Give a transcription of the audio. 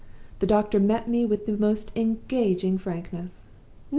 the doctor met me with the most engaging frankness.